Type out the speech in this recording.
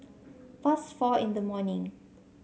past four in the morning